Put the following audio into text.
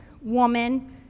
woman